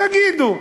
תגידו: